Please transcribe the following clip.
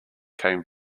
came